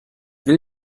will